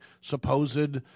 supposed